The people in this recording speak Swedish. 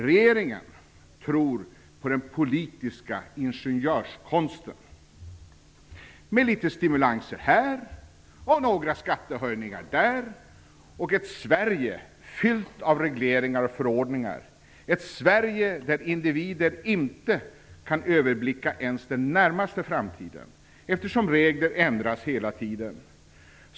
Regeringen tror på den politiska ingenjörskonsten med litet stimulanser här och några skattehöjningar där, ett Sverige fyllt av regleringar och förordningar, ett Sverige där individen inte kan överblicka ens den närmaste framtiden eftersom regler ändras hela tiden.